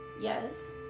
Yes